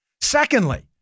Secondly